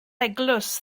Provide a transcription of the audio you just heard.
eglwys